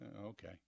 okay